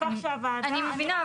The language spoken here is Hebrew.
כך שהוועדה --- אני מבינה,